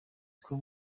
uko